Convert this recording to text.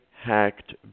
hacked